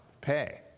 pay